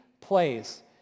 place